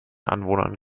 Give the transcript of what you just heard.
anwohnern